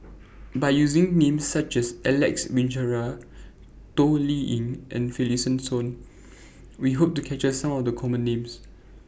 By using Names such as Alex Abisheganaden Toh Liying and Finlayson We Hope to capture Some of The Common Names